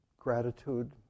gratitude